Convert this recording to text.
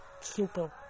super